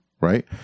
right